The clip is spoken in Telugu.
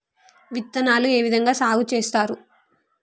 విత్తనాలు ఏ విధంగా సాగు చేస్తారు?